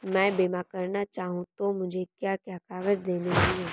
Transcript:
मैं बीमा करना चाहूं तो मुझे क्या क्या कागज़ देने होंगे?